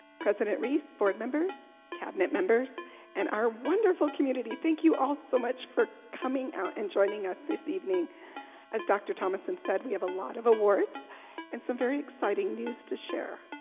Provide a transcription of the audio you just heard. president reese board members cabinet members and our wonderful community thank you all so much for coming out and joining us this evening as dr thomason said we have a lot of awards and some very exciting news to share.